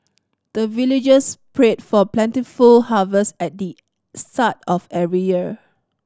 the villagers pray for plentiful harvest at the start of every year